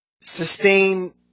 sustain –